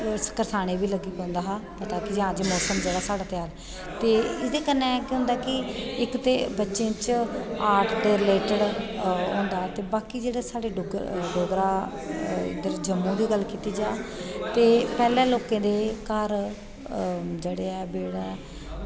ते उस करसानै गी लग्गी जंदा हा पता की साढ़ा ते एह्दे कन्नै केह् होंदा की इक्क ते बच्चें च आर्ट दे रिलेटिड ते बाकी जेह्ड़े साढ़े डोगरा इद्धर जम्मू दी गल्ल कीती जा ते पैह्लें लोकें दे घर जेह्ड़ा ऐ बेह्ड़ा